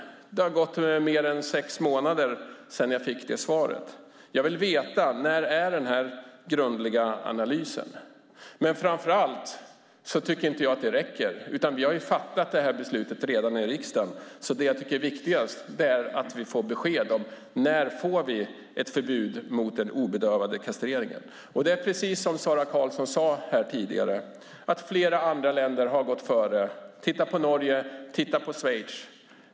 Det har gått mer än sex månader sedan jag fick det svaret. Jag vill veta när den "grundliga analysen" ska göras. Men framför allt tycker jag inte att det räcker. Vi har redan fattat beslutet i riksdagen. Det jag tycker är viktigast är att vi får besked om när vi får ett förbud mot obedövad kastrering. Det är precis som Sara Karlsson sade här tidigare: Flera andra länder har gått före. Titta på Norge och Schweiz!